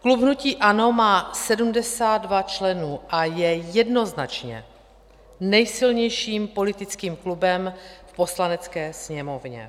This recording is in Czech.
Klub hnutí ANO má 72 členů a je jednoznačně nejsilnějším politickým klubem v Poslanecké sněmovně.